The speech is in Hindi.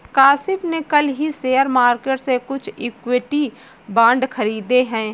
काशिफ़ ने कल ही शेयर मार्केट से कुछ इक्विटी बांड खरीदे है